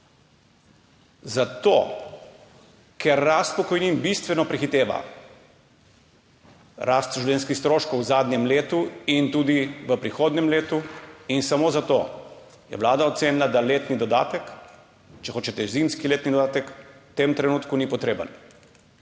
Zato, ker rast pokojnin bistveno prehiteva rast življenjskih stroškov v zadnjem letu in tudi v prihodnjem letu, in samo zato je Vlada ocenila, da letni dodatek, če hočete, zimski letni dodatek v tem trenutku ni potreben.